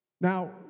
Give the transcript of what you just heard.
Now